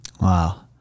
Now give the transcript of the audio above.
Wow